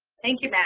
thank you,